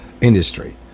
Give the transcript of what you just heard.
industry